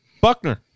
Buckner